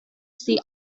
sich